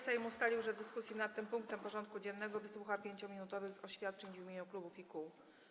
Sejm ustalił, że w dyskusji nad tym punktem porządku dziennego wysłucha 5-minutowych oświadczeń w imieniu klubów i kół.